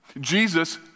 Jesus